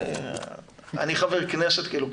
אני חבר כנסת כאילו,